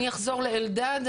אני אחזור לאלדד.